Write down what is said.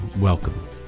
Welcome